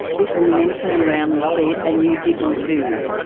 this woman then turned around and said, and you give them food!